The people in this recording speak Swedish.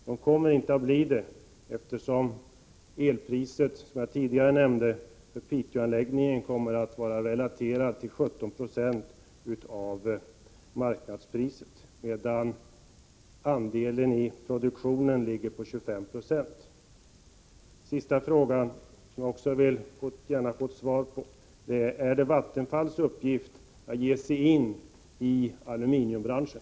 Det kommer inte att bli det, eftersom elpriset till Piteåanläggningen — som jag tidigare nämnde — kommer att vara relaterat till 17 Zo av marknadspriset, medan elenergins andel av produktionen ligger på 2596. Jag har en sista fråga, som jag också gärna vill få svar på: Är det Vattenfalls uppgift att ge sig in i aluminiumbranschen?